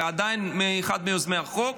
ועדיין אחד מיוזמי החוק,